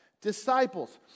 disciples